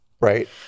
right